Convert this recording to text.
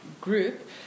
group